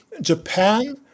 Japan